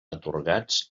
atorgats